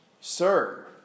Sir